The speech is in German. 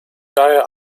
daher